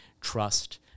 trust